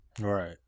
Right